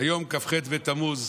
היום כ"ח בתמוז,